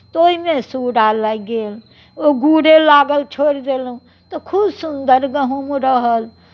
तऽ ओहिमे सूरा लागि गेल ओ गूरे लागल छोड़ि देलहुँ तऽ खूब सुन्दर गहूँम रहल